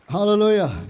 Hallelujah